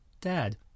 dad